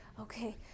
Okay